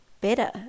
better